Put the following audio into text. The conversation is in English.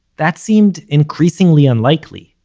that seemed increasingly unlikely.